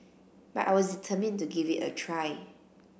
but I was determined to give it a try